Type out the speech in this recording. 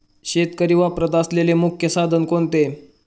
शेतकरी वापरत असलेले मुख्य साधन कोणते?